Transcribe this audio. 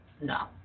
No